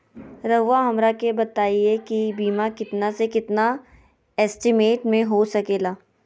रहुआ हमरा के बताइए के बीमा कितना से कितना एस्टीमेट में हो सके ला?